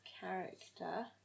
character